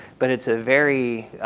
but it's a very